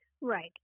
Right